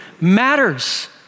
matters